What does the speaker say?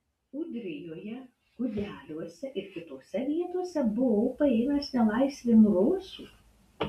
ūdrijoje gudeliuose ir kitose vietose buvau paėmęs nelaisvėn rusų